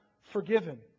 forgiven